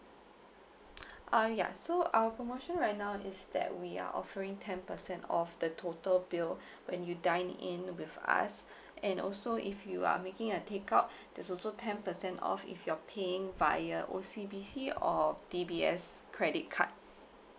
uh ya so our promotion right now is that we are offering ten percent off the total bill when you dine in with us and also if you are making a takeout there's also ten percent off if you're paying via O_C_B_C or D_B_S credit card